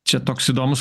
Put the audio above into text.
čia toks įdomus